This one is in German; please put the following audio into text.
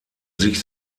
sich